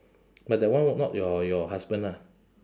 but that one not not your your husband ah